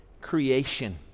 creation